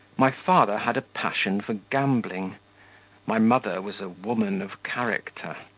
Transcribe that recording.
my father had a passion for gambling my mother was a woman of character.